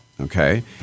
okay